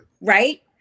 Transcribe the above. Right